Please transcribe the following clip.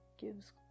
gives